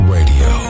Radio